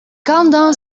countdown